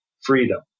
freedom